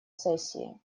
сессии